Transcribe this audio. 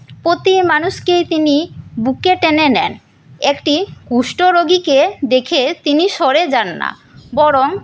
প্রতি মানুষকেই তিনি বুকে টেনে নেন একটি কুষ্ঠ রোগীকে দেখে তিনি সরে যান না বরং